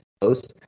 close